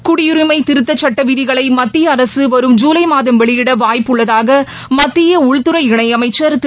குடியுரிமை திருத்தச் சுட்ட விதிகளை மத்திய அரசு வரும் ஜூலை மாதம் வெளியிட வாய்ப்பு உள்ளதாக உள்துறை மத்திய இணை அமைச்சர் திரு